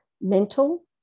mental